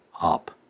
up